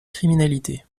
criminalité